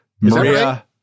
Maria